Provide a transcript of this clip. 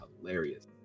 hilarious